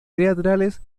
teatrales